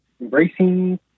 embracing